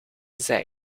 zij